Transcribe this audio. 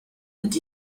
mit